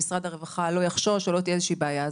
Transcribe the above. אם משרד הרווחה לא יחשוש או לא תהיה איזושהי בעיה.